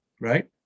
right